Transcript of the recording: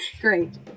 Great